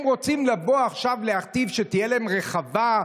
בסדר, אתה לא תעבור